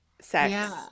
sex